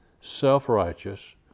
self-righteous